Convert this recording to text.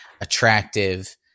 attractive